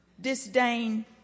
disdain